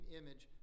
image